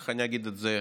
איך אני אגיד את זה,